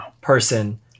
person